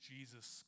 Jesus